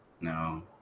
no